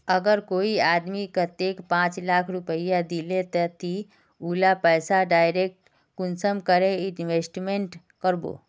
अगर कोई आदमी कतेक पाँच लाख रुपया दिले ते ती उला पैसा डायरक कुंसम करे इन्वेस्टमेंट करबो?